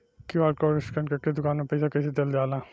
QR code scan करके दुकान में पईसा कइसे देल जाला?